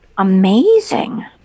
Amazing